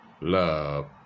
love